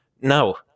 No